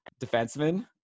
defenseman